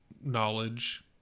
knowledge